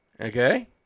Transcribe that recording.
Okay